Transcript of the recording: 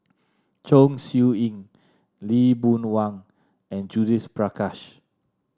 Chong Siew Ying Lee Boon Wang and Judith Prakash